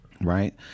Right